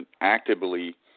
actively –